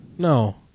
No